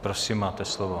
Prosím, máte slovo.